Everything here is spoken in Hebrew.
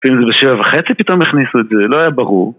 אם זה בשבע וחצי פתאום הכניסו את זה, לא היה ברור